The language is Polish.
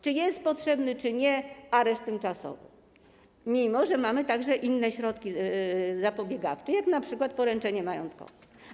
Czy jest potrzebny, czy nie - areszt tymczasowy, mimo że mamy także inne środki zapobiegawcze, jak np. poręczenie majątkowe.